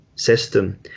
system